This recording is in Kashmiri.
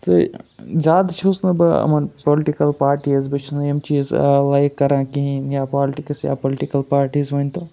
تہٕ زیادٕ چھُس نہٕ بہٕ یِمَن پُلٹِکَل پاٹیٖز بہٕ چھُس نہٕ یِم چیٖز لایک کَران کِہیٖنۍ یا پالٹِکٕس یا پُلٹِکَل پاٹیٖز ؤنۍتو